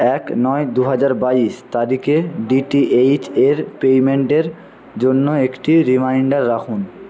এক নয় দুহাজার বাইশ তারিখে ডি টি এইচের পেইমেন্টের জন্য একটি রিমাইন্ডার রাখুন